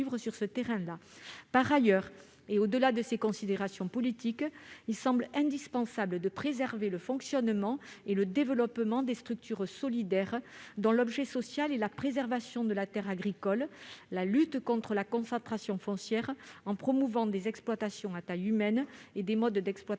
sur ce terrain. Au-delà de ces considérations politiques, il semble indispensable de défendre le fonctionnement et le développement des structures solidaires, dont l'objet social est la préservation de la terre agricole et la lutte contre la concentration foncière, en promouvant des exploitations à taille humaine et des modes d'exploitation